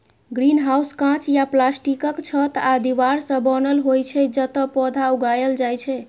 greenhouse कांच या प्लास्टिकक छत आ दीवार सं बनल होइ छै, जतय पौधा उगायल जाइ छै